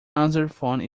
answerphone